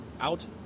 out